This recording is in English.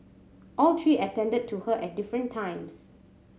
all three attended to her at different times